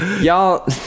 y'all